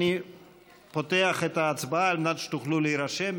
אני פותח את ההצבעה על מנת שתוכלו להירשם,